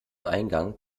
eingang